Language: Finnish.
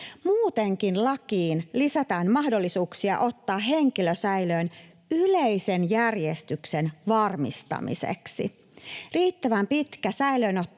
Muutenkin lakiin lisätään mahdollisuuksia ottaa henkilö säilöön yleisen järjestyksen varmistamiseksi. Riittävän pitkä